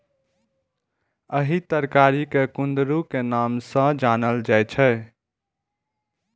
एहि तरकारी कें कुंदरू के नाम सं जानल जाइ छै